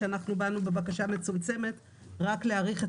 אחרי שאנחנו באנו עם בקשה מצומצמת רק להאריך את